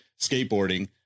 skateboarding